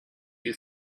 you